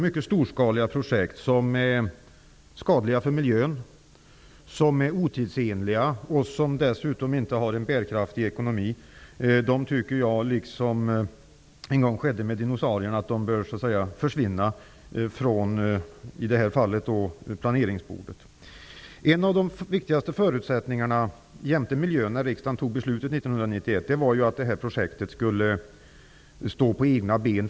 Mycket storskaliga projekt som är skadliga för miljön, som är otidsenliga och som dessutom inte har en bärkraftig ekonomi bör försvinna -- liksom dinosaurierna en gång gjorde. I det här fallet bör de försvinna från planeringsbordet. När riksdagen fattade beslutet 1991 var en av de viktigaste förutsättningarna, jämte miljökraven, att projektet företagsekonomiskt skulle stå på egna ben.